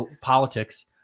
politics